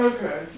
Okay